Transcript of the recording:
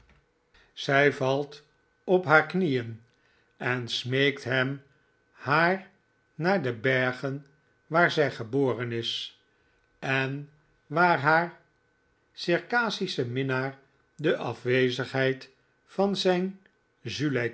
zij valt op haar knieen en smeekt hem haar naar de bergen waar zij geboren is en waar haar circassische minnaar de afwezigheid van zijn